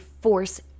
force